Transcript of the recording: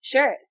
Sure